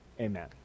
Amen